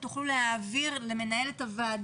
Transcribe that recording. אם תוכלו להעביר מראש את הנקודות למנהלת הוועדה